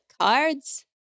cards